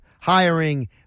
hiring